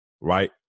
Right